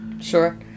Sure